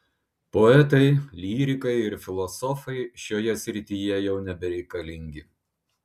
poetai lyrikai ir filosofai šioje srityje jau nebereikalingi